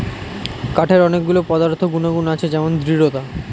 কাঠের অনেক গুলো পদার্থ গুনাগুন আছে যেমন দৃঢ়তা